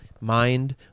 Mind